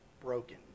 broken